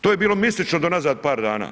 To je bilo mistično do nazad par dana.